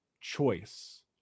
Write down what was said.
choice